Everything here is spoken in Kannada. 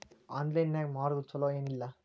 ಆನ್ಲೈನ್ ನಾಗ್ ಮಾರೋದು ಛಲೋ ಏನ್ ಇಲ್ಲ?